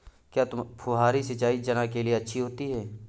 क्या फुहारी सिंचाई चना के लिए अच्छी होती है?